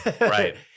Right